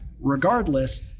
regardless